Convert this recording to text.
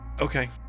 Okay